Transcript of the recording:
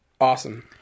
Awesome